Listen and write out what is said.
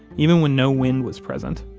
even when no wind was present.